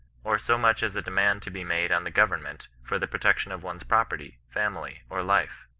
or so much as a demand to be made on the government for the protection of one's property, family, or life.